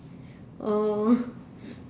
uh